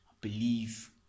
believe